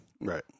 right